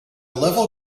level